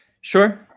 Sure